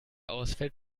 ausfällt